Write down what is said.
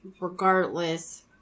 regardless